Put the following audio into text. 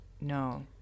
no